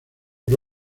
por